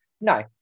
no